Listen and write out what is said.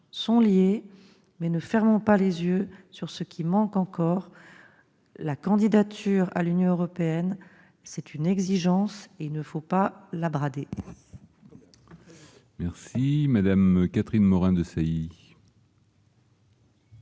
sont liés, mais ne fermons pas les yeux sur ce qui manque encore. La candidature à l'Union européenne, c'est une exigence, et il ne faut pas la brader